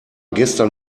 gestern